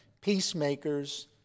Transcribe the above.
peacemakers